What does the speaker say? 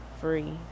free